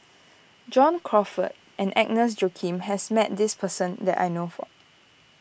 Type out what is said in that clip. John Crawfurd and Agnes Joaquim has met this person that I know for